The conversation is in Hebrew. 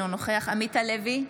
אינו נוכח עמית הלוי,